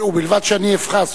ובלבד שאני אבחר.